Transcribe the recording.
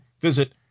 visit